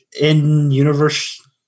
in-universe